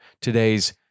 today's